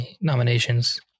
nominations